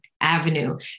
avenue